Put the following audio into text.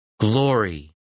Glory